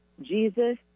Jesus